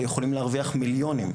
יכולים להרוויח במשחק אחד מיליונים,